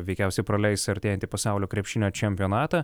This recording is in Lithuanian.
veikiausiai praleis artėjantį pasaulio krepšinio čempionatą